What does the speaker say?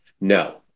No